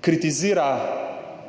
**38.